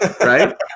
Right